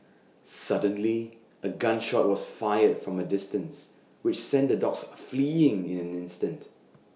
suddenly A gun shot was fired from A distance which sent the dogs fleeing in an instant